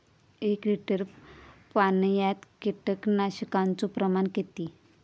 एक लिटर पाणयात कीटकनाशकाचो प्रमाण किती?